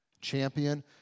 Champion